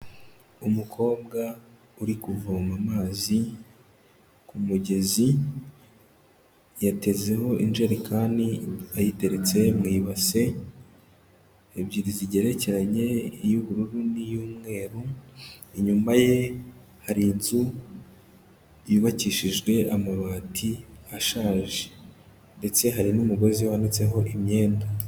Umukobwa uri kuvoma amazi ku mugezi, yatezeho injerekani ayiteretse mu ibase, ebyiri zigerekeranye iy'ubururu n'iy'umweru, inyuma ye hari inzu yubakishijwe amabati ashaje ndetse hari n'umugozi wanitseho imyenda.